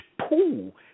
pool